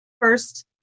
first